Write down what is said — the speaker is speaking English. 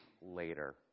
later